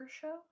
show